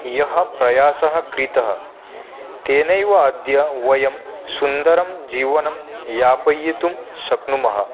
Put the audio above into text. यः प्रयासः कृतः तेनैव अद्य वयं सुन्दरं जीवनं यापयितुं शक्नुमः